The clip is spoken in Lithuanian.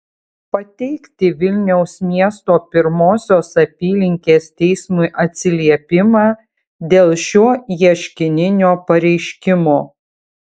pateikti vilniaus miesto pirmosios apylinkės teismui atsiliepimą dėl šio ieškininio pareiškimo